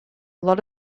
lot